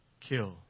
kill